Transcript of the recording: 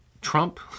Trump